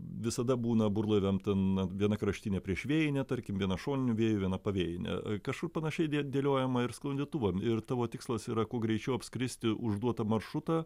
visada būna burlaiviam ten viena kraštinė priešvėjinė tarkim viena šoniniu vėju viena pavėjinė kažkur panašiai dė dėliojama ir sklandytuvam ir tavo tikslas yra kuo greičiau apskristi užduotą maršrutą